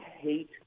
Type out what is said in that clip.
hate